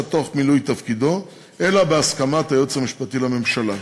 תוך מילוי תפקידו אלא בהסכמת היועץ המשפטי לממשלה.